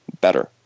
better